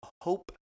hope